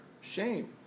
shame